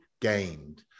gained